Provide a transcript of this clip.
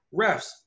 refs